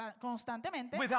constantemente